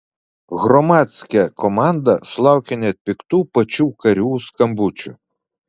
hromadske komanda sulaukė net piktų pačių karių skambučių